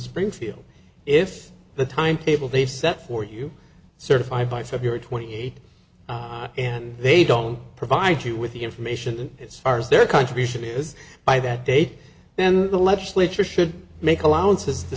springfield if the timetable they set for you certify by february twenty eighth and they don't provide you with the information and it's ours their contribution is by that date then the legislature should make allowances t